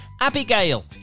Abigail